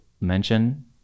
mention